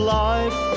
life